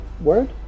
word